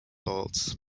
bolt